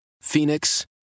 Phoenix